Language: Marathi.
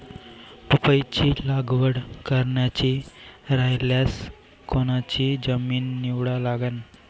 पपईची लागवड करायची रायल्यास कोनची जमीन निवडा लागन?